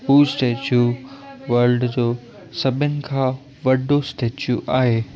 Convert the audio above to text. हू statue world जो सभिनी खां वॾो स्टेच्यू आहे